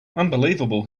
unbelievable